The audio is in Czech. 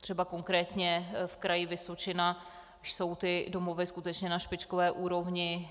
třeba konkrétně v Kraji Vysočina jsou ty domovy skutečně na špičkové úrovni.